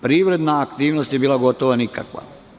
Privredna aktivnost je bila gotovo nikakva.